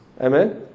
Amen